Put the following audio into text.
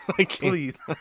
please